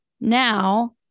now